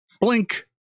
blink